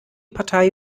partei